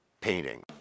painting